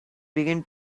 began